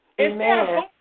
Amen